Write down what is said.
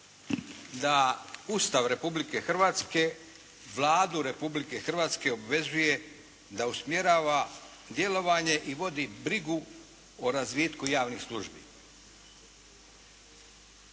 da Ustav Republike Hrvatske Vladu Republike Hrvatske obvezuje da usmjerava djelovanje i vodi brigu o razvitku javnih službi